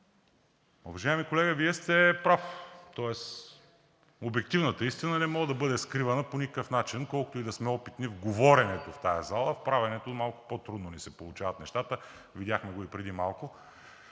Уважаеми колега, Вие сте прав, тоест обективната истина не може да бъде скривана по никакъв начин. Колкото и да сме опитни в говоренето в тази зала, в правенето малко по-трудно ни се получават нещата, видяхме го и преди малко.